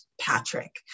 Patrick